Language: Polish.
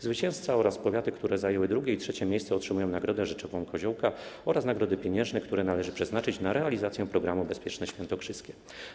Zwycięzca oraz powiaty, które zajęły drugie i trzecie miejsce, otrzymują nagrodę rzeczową Koziołka oraz nagrody pieniężne, które należy przeznaczyć na realizację programu „Bezpieczne świętokrzyskie”